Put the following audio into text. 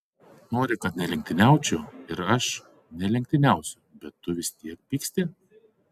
nori kad nelenktyniaučiau ir aš nelenktyniausiu bet tu vis tiek pyksti